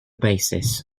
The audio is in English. basis